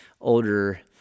older